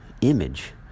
image